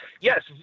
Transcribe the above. yes